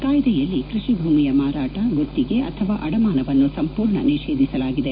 ಕಾಯ್ದೆಯಲ್ಲಿ ಕೃಷಿ ಭೂಮಿಯ ಮಾರಾಟ ಗುತ್ತಿಗೆ ಅಥವಾ ಅಡಮಾನವನ್ನು ಸಂಪೂರ್ಣ ನಿಷೇಧಿಸಲಾಗಿದೆ